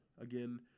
again